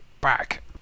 back